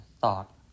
thought